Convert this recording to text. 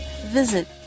visit